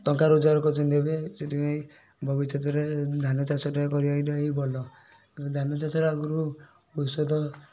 ଟଙ୍କା ରୋଜଗାର କରୁଛନ୍ତି ଏବେ ସେଥିପାଇଁ ଭବିଷ୍ୟତରେ ଧାନ ଚାଷଟା କରିବାଟା ହିଁ ଭଲ କାରଣ ଧାନ ଚାଷରେ ଆଗରୁ ଭବିଷ୍ୟତ